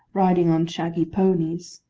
riding on shaggy ponies.